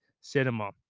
cinema